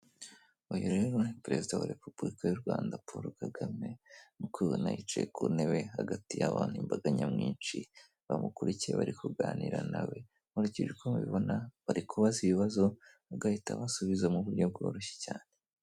Uyu rero ni perezida wa repubulika y'u Rwanda Polo Kagame, nkuko ubibona yicaye ku ntebe hagati y'abantu n'imbaga nyamwinshi, bamukurikiye bari kuganira nawe nkurikije uko mbibona ari kubaza ibibazo, agahita amusubiza mu buryo bworoshye cyane.